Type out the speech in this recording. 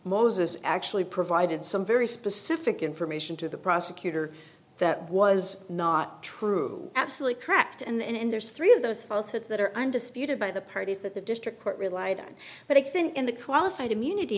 moses actually provided some very specific information to the prosecutor that was not true absolutely correct and there's three of those falsehoods that are undisputed by the parties that the district court relied on but i think in the qualified immunity